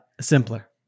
simpler